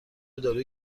داروی